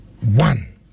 one